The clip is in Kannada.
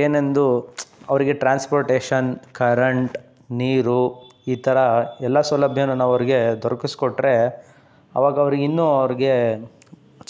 ಏನೆಂದು ಅವ್ರಿಗೆ ಟ್ರಾನ್ಸ್ಪೋರ್ಟೇಷನ್ ಕರಂಟ್ ನೀರು ಈ ಥರ ಎಲ್ಲ ಸೌಲಭ್ಯನ ಅವ್ರಿಗೆ ದೊರಕಿಸ್ಕೊಟ್ರೆ ಆವಾಗ ಅವ್ರ್ಗೆ ಇನ್ನೂ ಅವ್ರಿಗೆ